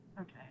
okay